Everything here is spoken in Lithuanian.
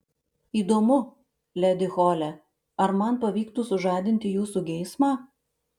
įdomu ledi hole ar man pavyktų sužadinti jūsų geismą